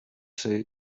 say